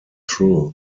true